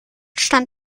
stand